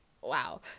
wow